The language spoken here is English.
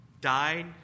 died